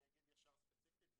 אני אגיד ישר ספציפית,